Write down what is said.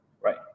right